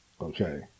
okay